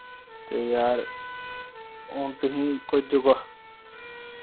ते यार हून तुहीं कोई जुगाड़